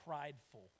prideful